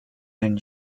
and